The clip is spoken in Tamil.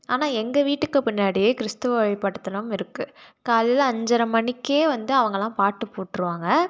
ஆனால் எங்க வீட்டுக்குப் பின்னாடியே கிறிஸ்துவ வழிபாட்டுத்தலம் இருக்குது காலையில் அஞ்சரை மணிக்கே வந்து அவங்கள்லாம் பாட்டுப் போட்டிருவாங்க